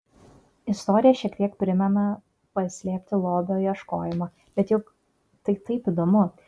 istorija šiek tiek primena paslėpto lobio ieškojimą bet juk tai taip įdomu